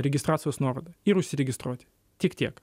registracijos nuorodą ir užsiregistruoti tik tiek